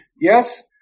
Yes